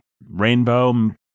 rainbow